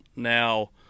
now